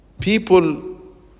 people